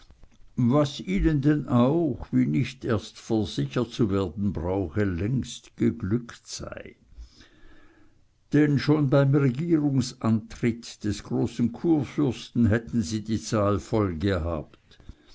was ihnen denn auch wie nicht erst versichert zu werden brauche längst geglückt sei denn schon beim regierungsantritt des großen kurfürsten hätten sie die zahl voll gehabt